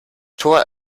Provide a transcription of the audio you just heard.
tor